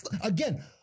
Again